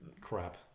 crap